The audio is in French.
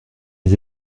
les